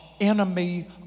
enemy